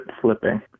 flipping